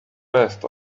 passed